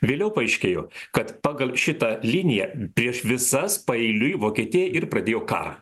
vėliau paaiškėjo kad pagal šitą liniją prieš visas paeiliui vokietija ir pradėjo karą